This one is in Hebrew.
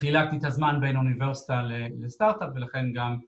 ‫חילקתי את הזמן בין אוניברסיטה ‫לסטארט-אפ ולכן גם...